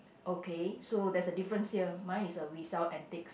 okay so there's a difference here mine is a we sell antiques